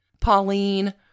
pauline